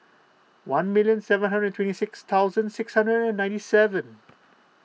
one million seven hundred twenty six thousand six hundred and ninety seven